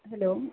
hello